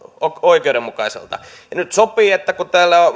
oikeudenmukaiselta ja nyt sopii että kun täällä ovat